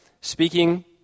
speaking